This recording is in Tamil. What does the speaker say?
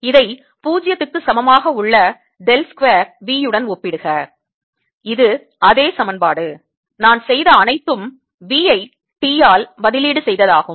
இதை 0 க்குச் சமமாக உள்ள டெல் ஸ்கொயர் V உடன் ஒப்பிடுக இது அதே சமன்பாடு நான் செய்த அனைத்தும் V ஐ T ஆல் பதிலீடு செய்ததாகும்